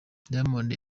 diamond